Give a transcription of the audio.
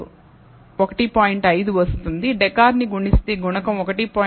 5 వస్తుందిడెకర్ నీ గుణిస్తే గుణకం 1